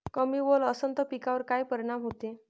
कमी ओल असनं त पिकावर काय परिनाम होते?